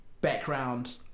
background